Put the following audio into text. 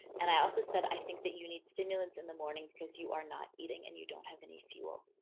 and i also said, i think that you need stimulants in the morning because you are not eating and you don't have any fuel.